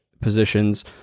positions